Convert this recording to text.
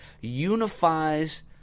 unifies